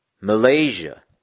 Malaysia